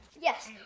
Yes